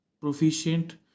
proficient